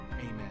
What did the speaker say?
amen